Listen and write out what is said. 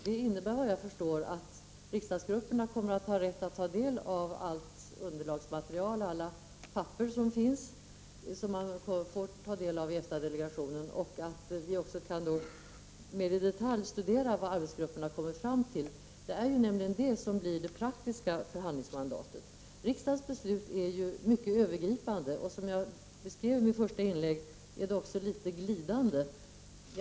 Det innebär, vad jag förstår, att riksdagsgrupperna kommer att få ta del av allt underlagsmaterial som EFTA-delegationen har tillgång till och att vi också kan mer i detalj studera vad arbetsgrupperna har kommit fram till. Det är nämligen det som blir det praktiska förhandlingsmandatet. Riksdagens beslut är ju mycket övergripande och, som jag beskrev det i mitt första inlägg, också litet glidande.